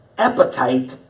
Appetite